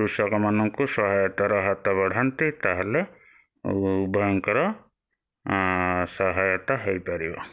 କୃଷକମାନଙ୍କୁ ସହାୟତାର ହାତ ବଢ଼ାନ୍ତି ତା'ହେଲେ ଉଭୟଙ୍କର ସହାୟତା ହେଇପାରିବ